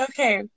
Okay